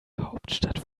hauptstadt